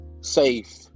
safe